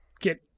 get